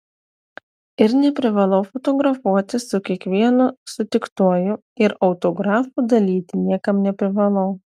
ir neprivalau fotografuotis su kiekvienu sutiktuoju ir autografų dalyti niekam neprivalau